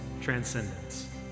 transcendence